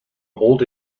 old